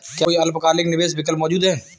क्या कोई अल्पकालिक निवेश विकल्प मौजूद है?